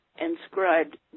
inscribed